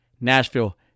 Nashville